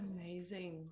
amazing